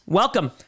welcome